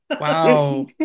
Wow